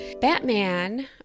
Batman